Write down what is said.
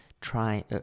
try